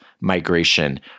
migration